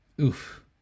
Oof